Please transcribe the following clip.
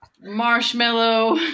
marshmallow